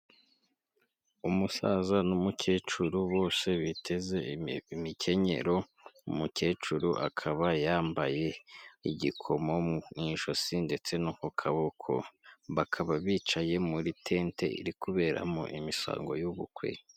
Umusaza n'umukecuru bose biteze imikenyero, umukecuru akaba yambaye igikomo mu ijosi ndetse no ku kaboko, bakaba bicaye muri tente iri kuberamo imisogo y'ubukwe.